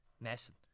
messing